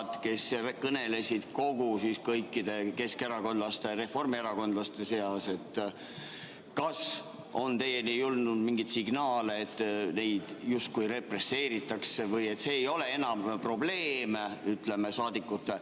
kõnelesid kõikide keskerakondlaste ja reformierakondlaste eest. Kas teieni on jõudnud mingeid signaale, et neid justkui represseeritakse või et see ei ole enam probleem, ütleme, saadikute